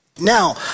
Now